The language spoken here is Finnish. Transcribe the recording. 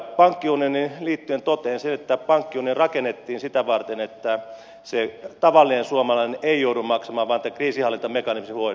pankkiunioniin liittyen totean sen että tämä pankkiunioni rakennettiin sitä varten että se tavallinen suomalainen ei joudu maksamaan vaan tämä kriisinhallintamekanismi huolehtii tästä